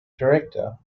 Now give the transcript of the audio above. director